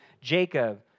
Jacob